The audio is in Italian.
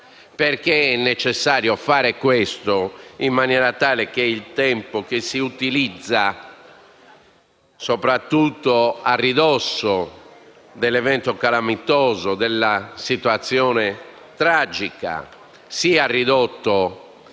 È necessario farlo in maniera tale che il tempo che si utilizza, soprattutto a ridosso dell'evento calamitoso e della situazione tragica, sia ridotto